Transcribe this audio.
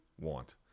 want